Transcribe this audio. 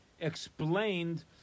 explained